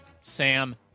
Sam